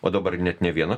o dabar net ne viena